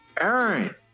Aaron